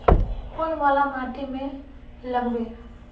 कौन वाला माटी में लागबे?